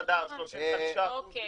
--- מסעדה, 35% דיברנו.